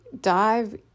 dive